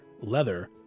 leather